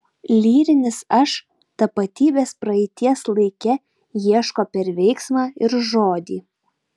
lyrinis aš tapatybės praeities laike ieško per veiksmą ir žodį